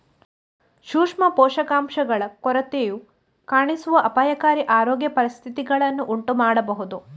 ಸೂಕ್ಷ್ಮ ಪೋಷಕಾಂಶಗಳ ಕೊರತೆಯು ಕಾಣಿಸುವ ಅಪಾಯಕಾರಿ ಆರೋಗ್ಯ ಪರಿಸ್ಥಿತಿಗಳನ್ನು ಉಂಟು ಮಾಡಬಹುದು